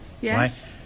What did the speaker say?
Yes